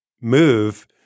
move